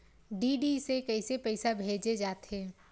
DD से कइसे पईसा भेजे जाथे?